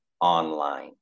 online